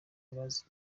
bazi